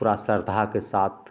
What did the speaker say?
पूरा श्रद्धाके साथ